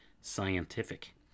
scientific